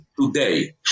today